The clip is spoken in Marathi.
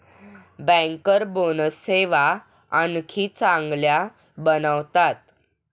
बँकर बोनस सेवा आणखी चांगल्या बनवतात